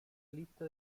lista